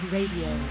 Radio